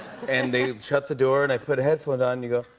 and they shut the door, and i put headphones on, and you go,